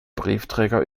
briefträger